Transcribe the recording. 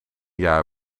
jaar